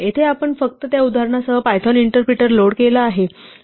येथे आपण फक्त त्या उदाहरणासह पायथॉन इंटरप्रिटर लोड केला आहे